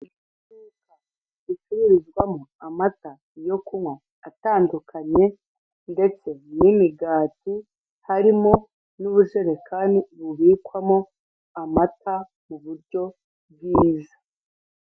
Iduka ricururizwamo amata yo kunywa atandukanye, ndetse n'imigati, harimo n'ubujerekani bubikwamo amata mu buryo bwiza.